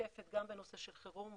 מעטפת גם בנושא של חירום,